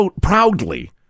proudly